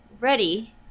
ready